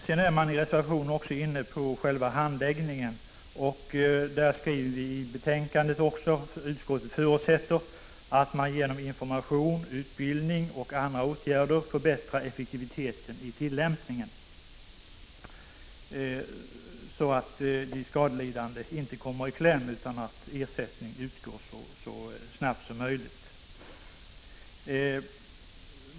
I reservationen är man också inne på själva handläggningen, och där skriver vi i betänkandet att utskottet förutsätter att man genom information, utbildning och andra åtgärder förbättrar effektiviteten i tillämpningen, så att de skadelidande inte kommer i kläm utan ersättning utgår så snabbt som möjligt.